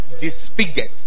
disfigured